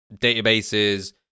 databases